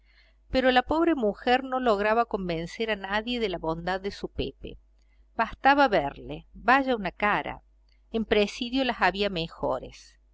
pero la pobre mujer no lograba convencer a nadie de la bondad de su pepe bastaba verle vaya una cara en presidio las había mejores